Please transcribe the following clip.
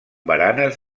baranes